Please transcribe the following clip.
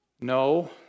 no